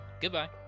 goodbye